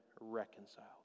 reconciled